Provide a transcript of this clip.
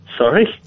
Sorry